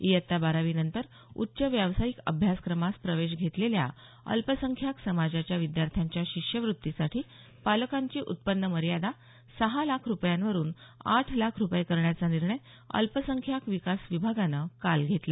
इयत्ता बारावीनंतर उच्च व्यावसायिक अभ्यासक्रमास प्रवेश घेतलेल्या अल्पसंख्यांक समाजाच्या विद्यार्थ्यांच्या शिष्यवृत्तीसाठी पालकांची उत्पन्न मर्यादा सहा लाख रूपयांवरून आठ लाख रूपये करण्याचा निर्णय अल्पसंख्याक विकास विभागानं काल घेतला